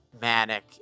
manic